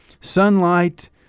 sunlight